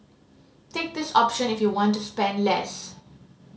take this option if you want to spend less